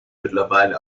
mittlerweile